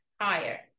higher